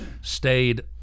stayed